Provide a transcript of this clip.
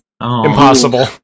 Impossible